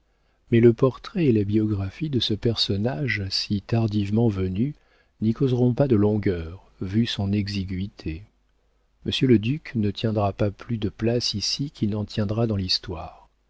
mais le portrait et la biographie de ce personnage si tardivement venu n'y causeront pas de longueur vu son exiguïté monsieur le duc ne tiendra pas plus de place ici qu'il n'en tiendra dans l'histoire